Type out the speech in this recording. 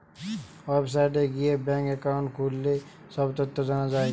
ওয়েবসাইটে গিয়ে bank account খুললে সব তথ্য জানা যায়